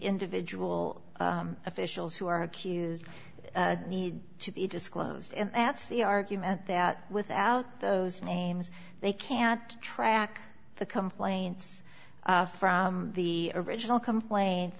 individual officials who are accused need to be disclosed and that's the argument that without those names they cannot track the complaints from the original complaint